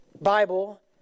Bible